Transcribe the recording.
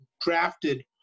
drafted